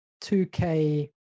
2K